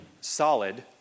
solid